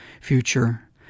future